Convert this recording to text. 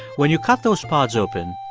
when you cut those pods open,